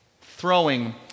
throwing